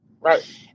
Right